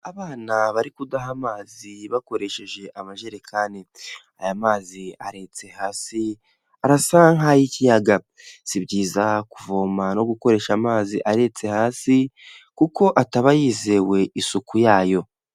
Abana bari kudaha amazi bakoresheje amajerekani, aya mazi aretse hasi arasa nk'ay'ikiyaga, si byiza kuvoma no gukoresha amazi aretse hasi kuko ataba yizewe isuku yayo.